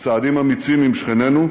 לצעדים אמיצים עם שכנינו,